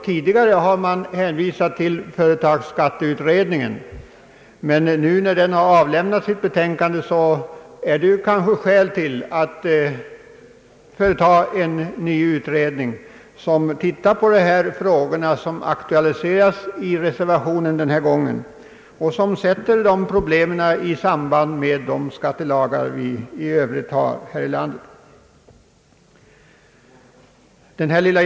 Tidigare har man hänvisat till företagsskatteutredningen, men nu när denna avlämnat sitt betänkande är det kanske skäl att företa en ny utredning om de frågor som aktualiserats i reservationen denna gång och som sätter dessa problem i samband med de skattelagar vi har i övrigt här i landet.